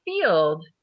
field